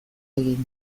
egin